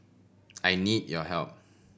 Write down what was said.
I need your help